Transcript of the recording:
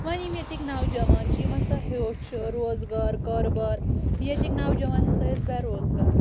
وۄنۍ یِم ییٚتِکۍ نوجوان چھِ یِم ہسا ہیوٚچھ روزگار کارٕبار ییٚتِکۍ نوجوان ہسا ٲسۍ بےٚ روزگار